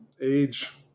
age